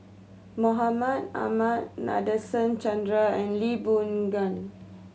Mahmud Ahmad Nadasen Chandra and Lee Boon Ngan